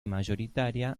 mayoritaria